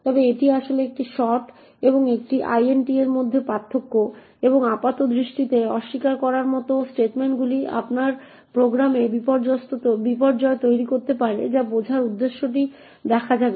তবে এটি আসলে একটি শট এবং একটি int এর মধ্যে পার্থক্য এবং আপাতদৃষ্টিতে অস্বীকার করার মতো স্টেটমেন্টগুলি আপনার প্রোগ্রামে বিপর্যয় তৈরি করতে পারে তা বোঝার উদ্দেশ্যটি দেখা যাবে